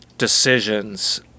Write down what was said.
Decisions